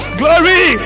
glory